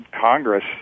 Congress